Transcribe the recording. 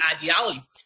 ideology